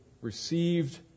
received